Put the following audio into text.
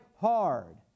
hard